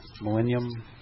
millennium